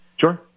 Sure